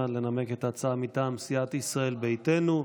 לנמק את ההצעה מטעם סיעת ישראל ביתנו.